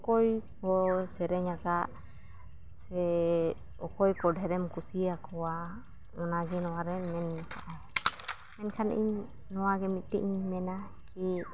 ᱚᱠᱚᱭᱠᱚ ᱥᱮᱨᱮᱧ ᱟᱠᱟᱫ ᱥᱮ ᱚᱠᱚᱭᱠᱚ ᱰᱷᱮᱨᱮᱢ ᱠᱩᱥᱤ ᱟᱠᱚᱣᱟ ᱚᱱᱟᱜᱮ ᱱᱚᱣᱟᱨᱮ ᱮᱱᱠᱷᱟᱱ ᱤᱧ ᱱᱚᱣᱟᱜᱮ ᱢᱤᱫᱴᱮᱡᱤᱧ ᱢᱮᱱᱟ ᱠᱤ